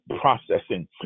processing